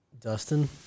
Dustin